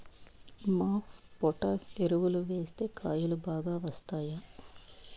MOP potash ఎరువులు వేస్తే కాయలు బాగా వస్తాయా?